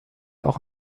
auch